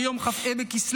ביום כ"ה בכסלו,